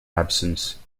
absence